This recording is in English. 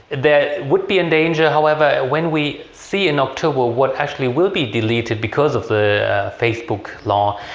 there would be a danger, however when we see in october what actually will be deleted because of the facebook law,